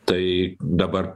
tai dabar